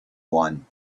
one